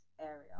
area